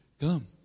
Come